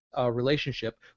relationship